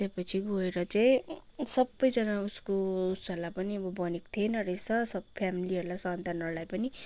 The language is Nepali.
त्यहाँ पछि गएर चाहिँ सबैजना उसको उसहरूलाई पनि अब भनेको थिएन रहेछ सब फ्यामिलीहरूलाई सन्तानहरूलाई पनि